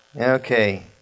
Okay